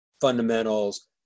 fundamentals